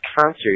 concert